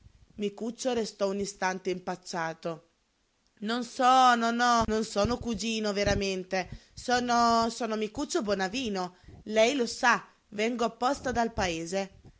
allora micuccio restò un istante impacciato non sono no non sono cugino veramente sono sono micuccio bonavino lei lo sa vengo apposta dal paese